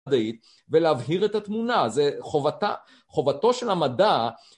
ולהבהיר את התמונה זה חובתה חובתו של המדע